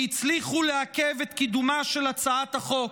שהצליחו לעכב את קידומה של הצעת החוק.